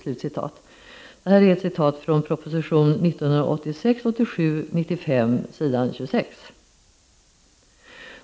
Detta är ett citat från proposition 1986/87:95 s. 26.